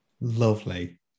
lovely